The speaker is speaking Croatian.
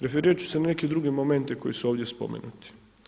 Referirati ću se ne neke druge momente, koji su ovdje spomenuti.